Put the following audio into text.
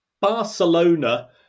Barcelona